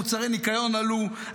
מוצרי ניקיון עלו,